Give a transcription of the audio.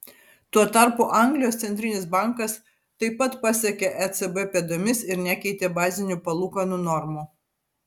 tuo tarpu anglijos centrinis bankas taip pat pasekė ecb pėdomis ir nekeitė bazinių palūkanų normų